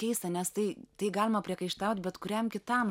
keista nes tai tai galima priekaištaut bet kuriam kitam